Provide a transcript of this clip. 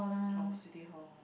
oh City-Hall